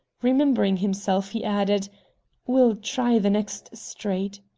remembering himself, he added we'll try the next street.